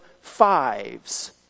fives